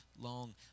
long